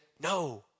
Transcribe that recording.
No